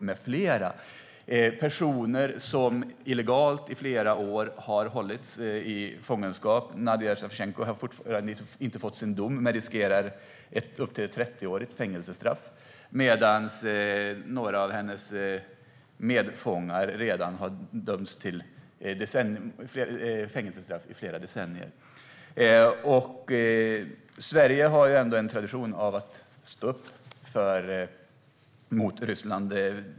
Det är personer som illegalt i flera år har hållits i fångenskap. Nadija Savtjenko har fortfarande inte fått sin dom, men hon riskerar ett upp till 30-årigt fängelsestraff. Några av hennes medfångar har redan dömts till fängelsestraff i flera decennier. Sverige har under många år haft en tradition av att stå upp mot Ryssland.